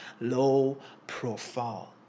low-profile